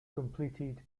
completed